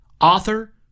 Author